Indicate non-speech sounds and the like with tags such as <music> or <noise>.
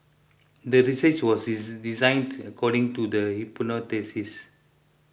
the research was <unintelligible> designed to according to the <unintelligible>